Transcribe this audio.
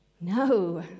no